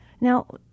Now